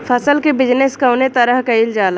फसल क बिजनेस कउने तरह कईल जाला?